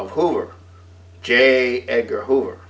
of hoover j edgar hoover